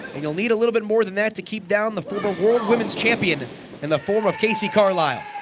and youll need a little bit more than that to keep down the former world womens champion in the form of kacee carlisle